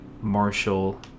Marshall